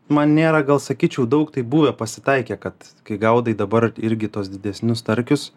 man nėra gal sakyčiau daug taip buvę pasitaikę kad kai gaudai dabar irgi tuos didesnius starkius